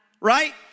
Right